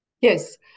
Yes